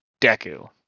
Deku